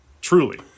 Truly